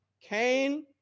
Cain